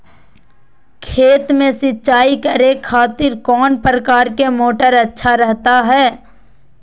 खेत में सिंचाई करे खातिर कौन प्रकार के मोटर अच्छा रहता हय?